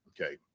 okay